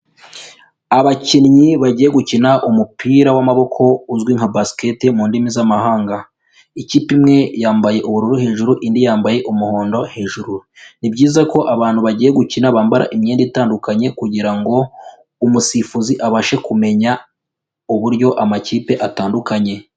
Abakinnyi bagiye gukina umupira w'amaboko uzwi nka Basket mu ndimi z'amahanga, ikipe imwe yambaye ubururu hejuru indi yambaye umuhondo hejuru, ni byiza ko abantu bagiye gukina bambara imyenda itandukanye kugira ngo umusifuzi abashe kumenya uburyo amakipe atandukanye.